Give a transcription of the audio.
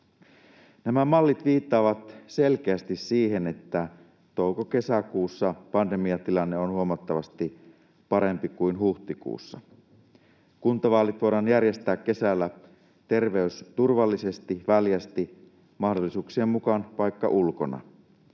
Nämä mallit viittaavat selkeästi siihen, että touko-kesäkuussa pandemiatilanne on huomattavasti parempi kuin huhtikuussa. Kuntavaalit voidaan järjestää kesällä terveysturvallisesti, väljästi, mahdollisuuksien mukaan vaikka ulkona.